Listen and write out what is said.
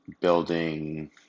building